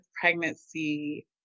pregnancy